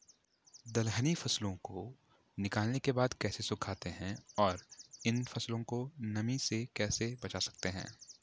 दलहनी फसलों को निकालने के बाद कैसे सुखाते हैं और इन फसलों को नमी से कैसे बचा सकते हैं?